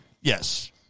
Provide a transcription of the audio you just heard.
Yes